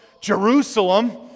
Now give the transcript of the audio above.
Jerusalem